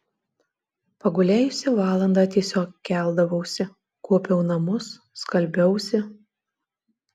pagulėjusi valandą tiesiog keldavausi kuopiau namus skalbiausi